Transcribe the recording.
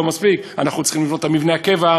לא מספיק: אנחנו צריכים לבנות את מבנה הקבע,